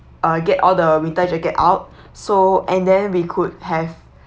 uh get all the winter jacket out so and then we could have